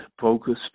focused